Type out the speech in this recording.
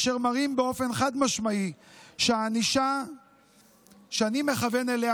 אשר מראים באופן חד-משמעי שהענישה שאני מכוון אליה,